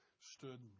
stood